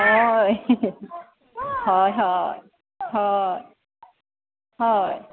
অ' হয় হয় হয় হয়